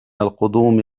القدوم